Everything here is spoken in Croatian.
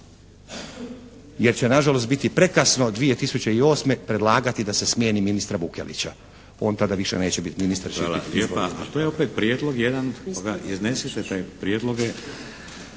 jer će na žalost biti prekasno 2008. predlagati da se smijeni ministra Vukelića. On tada više neće biti ministar.